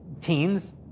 teens